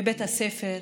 בבית הספר,